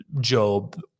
job